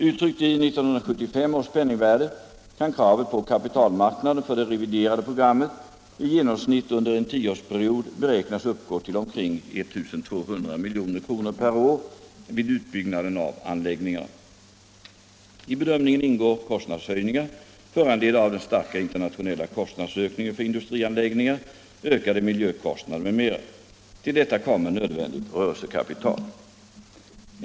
Uttryckt i 1975 års penningvärde kan kravet på kapitalmarknaden för det reviderade programmet i genomsnitt under en tioårsperiod beräknas uppgå till omkring 1 200 milj.kr. per år vid uppbyggnaden av anläggningarna. I bedömningen ingår kostnadshöjningar föranledda av den starka internationella kostnadsökningen för industrianläggningar, ökade miljökostnader m.m. Till detta kommer nödvändigt rörelsekapital.